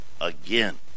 again